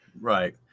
Right